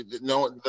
no